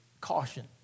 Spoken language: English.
caution